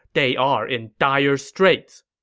they are in dire straits.